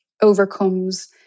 overcomes